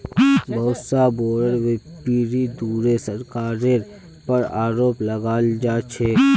बहुत स बोरो व्यापीरीर द्वारे सरकारेर पर आरोप लगाल जा छेक